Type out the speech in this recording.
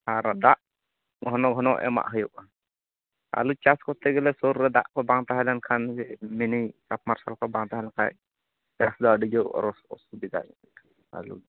ᱟᱨ ᱫᱟᱜ ᱜᱷᱚᱱᱚ ᱜᱷᱚᱱᱚ ᱮᱢᱟᱜ ᱦᱩᱭᱩᱜᱼᱟ ᱟᱞᱩ ᱪᱟᱥ ᱠᱚᱨᱛᱮ ᱜᱮᱞᱮ ᱥᱩᱨᱮ ᱫᱟᱜ ᱠᱚ ᱵᱟᱝ ᱛᱟᱦᱮᱸ ᱞᱮᱱ ᱡᱮ ᱢᱤᱱᱤ ᱥᱟᱱ ᱢᱟᱨᱥᱟᱞ ᱠᱚ ᱵᱟᱝ ᱛᱟᱦᱮᱸ ᱞᱮᱱ ᱠᱷᱟᱡ ᱪᱟᱥ ᱫᱚ ᱟᱹᱰᱤ ᱡᱳᱨ ᱚᱨᱚᱥ ᱚᱥᱩᱵᱤᱫᱟ ᱜᱮᱭᱟ ᱟᱞᱩ